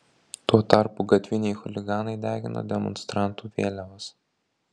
tuo tarpu gatviniai chuliganai degino demonstrantų vėliavas